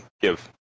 give